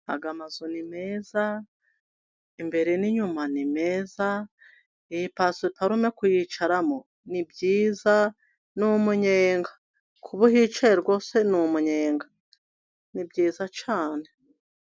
Aya mazu ni meza imbere n'inyuma ni meza, iyi pasiparumu kuyicaramo ni byiza, ni umunyenga kuba uhicaye rwose ni umunyenga, ni byiza cyane.